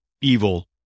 evil